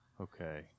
Okay